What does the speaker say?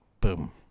Boom